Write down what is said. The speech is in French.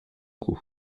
coup